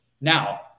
Now